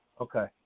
Okay